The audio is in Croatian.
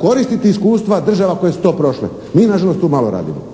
koristiti iskustva država koje su to prošle. Mi nažalost tu malo radimo.